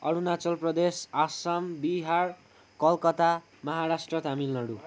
Arunachal Pradesh Assam Bihar Calcutta Maharashtra Tamil Nadu